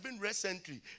recently